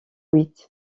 huit